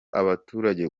abaturage